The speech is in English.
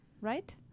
right